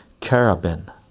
carabin